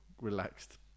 relaxed